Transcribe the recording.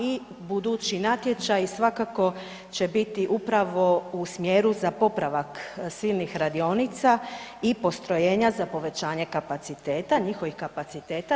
I budući natječaji svakako će biti upravo u smjeru za popravak silnih radionica i postrojenja za povećanje kapaciteta, njihovih kapaciteta.